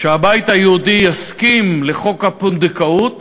שהבית היהודי יסכים לחוק הפונדקאות